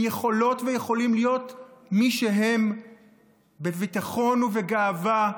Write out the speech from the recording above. יכולות ויכולים להיות מי שהם בביטחון ובגאווה,